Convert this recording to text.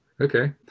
Okay